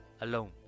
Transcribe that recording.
Alone